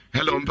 Hello